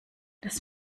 das